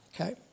Okay